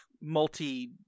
multi